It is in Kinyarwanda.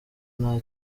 nta